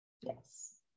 yes